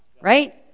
right